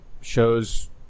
Shows